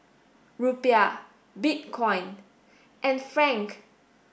rupiah bitcoin and franc